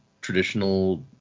traditional